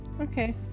Okay